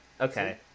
Okay